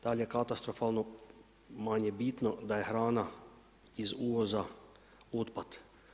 Dal je katastrofalno manje bitno, da je hrana iz uvoza otpad.